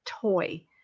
toy